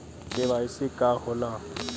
KYC का होला?